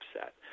upset